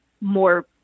more